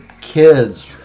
kids